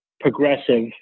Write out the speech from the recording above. progressive